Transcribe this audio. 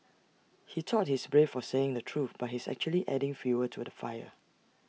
he thought he's brave for saying the truth but he's actually adding fuel to the fire